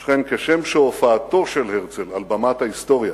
ובכן, כשם שהופעתו של הרצל על במת ההיסטוריה